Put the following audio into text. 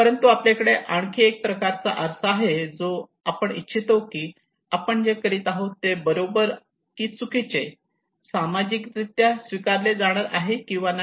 परंतु आपल्याकडे आणखी एक प्रकारचा आरसा आहे जो आपण इच्छितो की आपण जे करीत आहोत ते बरोबर की चुकीचे सामाजिकरित्या स्वीकारले जाणार आहे की नाही